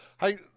Hey